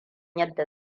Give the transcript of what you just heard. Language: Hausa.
yadda